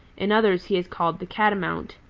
in others he is called the catamount.